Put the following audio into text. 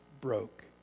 broke